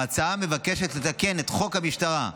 ההצעה מבקשת לתקן את חוק המשטרה,